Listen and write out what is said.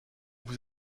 vous